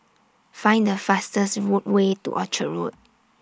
Find The fastest Way to Orchard Road